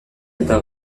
eta